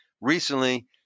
recently